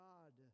God